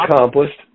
accomplished